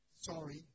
Sorry